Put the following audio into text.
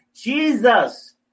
Jesus